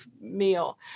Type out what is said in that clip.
meal